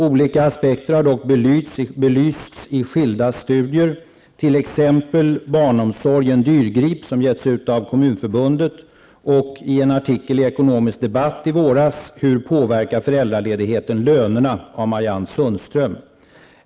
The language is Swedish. Olika aspekter har dock belysts i skilda studier, t.ex. ''Barnomsorg -- en dyrgrip?'' som givits ut av 3/1991).